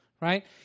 right